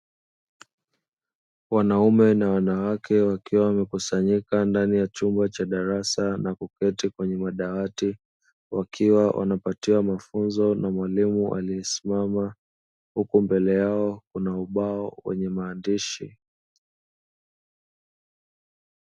Wanaume na wanawake wakiwa wamekusanyika ndani ya chumba cha darasa na kuketi kwenye madawati, wakiwa wamepatia mafunzo na maneno alisimama huko mbele yao kuna ubao wenye maandishi.